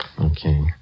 Okay